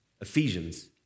Ephesians